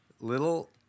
Little